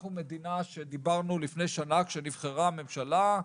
אנחנו מדינה שלפני שנה, כשנבחרה הממשלה,